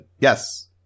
Yes